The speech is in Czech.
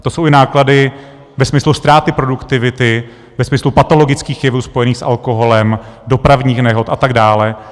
To jsou i náklady ve smyslu ztráty produktivity, ve smyslu patologických jevů spojených s alkoholem, dopravních nehod a tak dále.